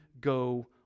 go